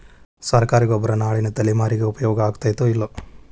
ಸರ್ಕಾರಿ ಗೊಬ್ಬರ ನಾಳಿನ ತಲೆಮಾರಿಗೆ ಉಪಯೋಗ ಆಗತೈತೋ, ಇಲ್ಲೋ?